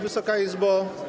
Wysoka Izbo!